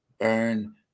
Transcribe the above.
earn